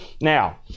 Now